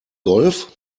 golf